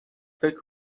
فکر